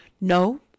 no